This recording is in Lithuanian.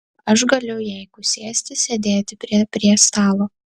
aš galiu jeigu sėsti sėdėti prie prie stalo